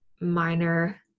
minor